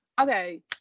Okay